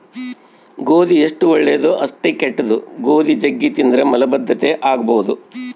ಗೋಧಿ ಎಷ್ಟು ಒಳ್ಳೆದೊ ಅಷ್ಟೇ ಕೆಟ್ದು, ಗೋಧಿ ಜಗ್ಗಿ ತಿಂದ್ರ ಮಲಬದ್ಧತೆ ಆಗಬೊದು